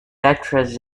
actress